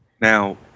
Now